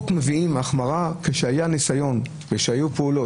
מביאים החמרת חוק לאחר שנעשו פעולות